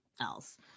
else